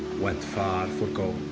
went far for gold,